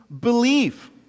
believe